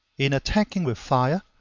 in attacking with fire,